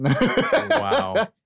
Wow